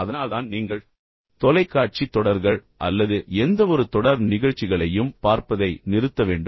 அதனால்தான் நீங்கள் தொலைக்காட்சி தொடர்கள் அல்லது எந்தவொரு தொடர் நிகழ்ச்சிகளையும் பார்ப்பதை நிறுத்த வேண்டும்